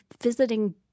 visiting